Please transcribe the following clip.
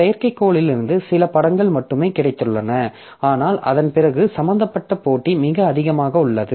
செயற்கைக்கோளிலிருந்து சில படங்கள் மட்டுமே கிடைத்துள்ளன ஆனால் அதன் பிறகு சம்பந்தப்பட்ட போட்டி மிக அதிகமாக உள்ளது